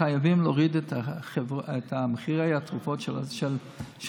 חייבים להוריד את מחיר התרופות של החברות.